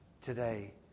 today